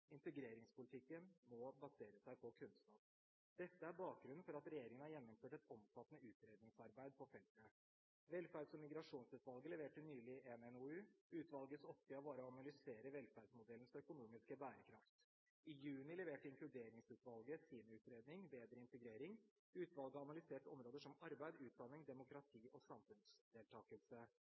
Integreringspolitikken må basere seg på kunnskap. Dette er bakgrunnen for at regjeringen har gjennomført et omfattende utredingsarbeid på feltet. Velferds- og migrasjonsutvalget leverte nylig en NOU. Utvalgets oppgave var å analysere velferdsmodellens økonomiske bærekraft. I juni leverte Inkluderingsutvalget sin utredning «Bedre integrering». Utvalget har analysert områder som arbeid, utdanning, demokrati og samfunnsdeltakelse.